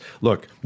look